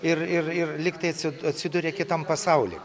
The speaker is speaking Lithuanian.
ir ir ir lyg tai atsi atsiduria kitam pasauly